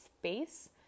space